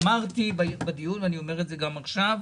אמרתי בדיון, ואני אומר גם עכשיו,